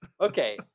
okay